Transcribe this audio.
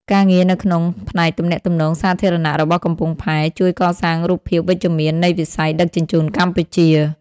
ការងារនៅក្នុងផ្នែកទំនាក់ទំនងសាធារណៈរបស់កំពង់ផែ ជួយកសាងរូបភាពវិជ្ជមាននៃវិស័យដឹកជញ្ជូនកម្ពុជា។